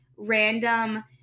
random